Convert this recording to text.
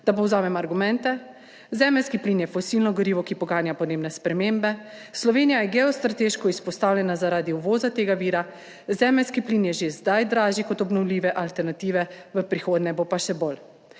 Naj povzamem argumente: zemeljski plin je fosilno gorivo, ki poganja podnebne spremembe; Slovenija je geostrateško izpostavljena zaradi uvoza tega vira; zemeljski plin je že zdaj dražji kot obnovljive alternative, v prihodnje bo pa še bolj.